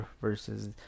versus